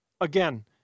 Again